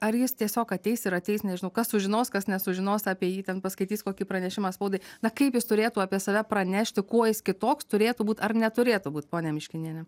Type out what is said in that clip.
ar jis tiesiog ateis ir ateis nežinau kas sužinos kas nesužinos apie jį ten paskaitys kokį pranešimą spaudai na kaip jis turėtų apie save pranešti kuo jis kitoks turėtų būt ar neturėtų būt ponia miškiniene